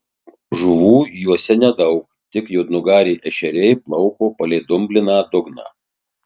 žuvų juose nedaug tik juodnugariai ešeriai plauko palei dumbliną dugną